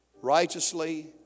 righteously